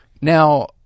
Now